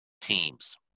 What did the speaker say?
Teams